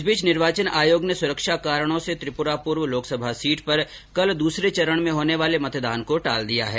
इस बीच निर्वाचन आयोग ने सुरक्षा कारणों से त्रिपुरा पूर्व लोकसभा सीट पर कल दूसरे चरण में होने वाले मतदान को टाल दिया है